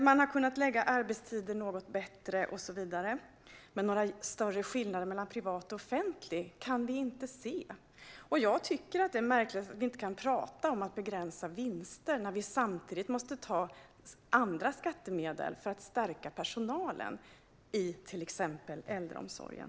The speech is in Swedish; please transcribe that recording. Man har kunnat förlägga arbetstiden bättre och så vidare. Men några större skillnader mellan privat och offentlig utförare kan vi inte se. Jag tycker att det är märkligt att vi inte kan prata om att begränsa vinster när vi samtidigt måste använda andra skattemedel för att stärka personalen i till exempel äldreomsorgen.